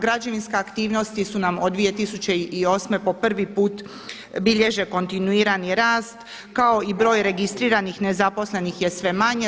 Građevinske aktivnosti su nam od 2008. po prvi put bilježe kontinuirani rast kao i broj registriranih nezaposlenih je sve manje.